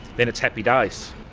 then it's happy days.